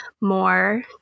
more